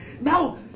Now